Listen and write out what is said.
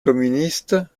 communiste